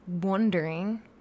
wondering